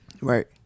Right